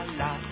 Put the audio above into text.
la